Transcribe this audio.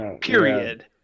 period